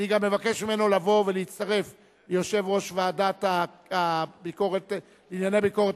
אני גם אבקש ממנו לבוא ולהצטרף ליושב-ראש הוועדה לענייני ביקורת